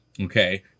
Okay